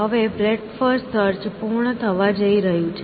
હવે breadth first search પૂર્ણ થવા જઇ રહ્યું છે